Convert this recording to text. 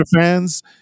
fans